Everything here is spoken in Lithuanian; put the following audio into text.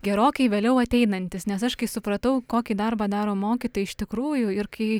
gerokai vėliau ateinantis nes aš kai supratau kokį darbą daro mokytojai iš tikrųjų ir kai